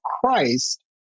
Christ